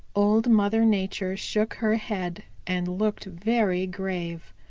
old mother nature shook her head and looked very grave.